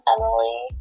Emily